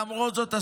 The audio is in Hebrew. למרות זאת,